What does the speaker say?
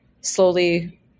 slowly